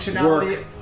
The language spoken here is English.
work